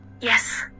Yes